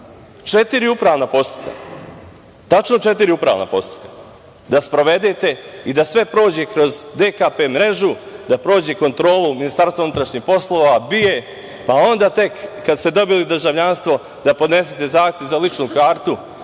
četiri upravna postupka. Tačno, četiri upravna postupka da sprovedete i da sve prođe kroz DKP mrežu, da prođe kontrolu Ministarstva unutrašnjih poslova, BIA, pa onda tek kad ste dobili državljanstvo da podnesete zahtev za ličnu kartu.